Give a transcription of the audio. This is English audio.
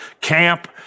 camp